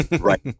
right